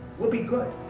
we'll be good.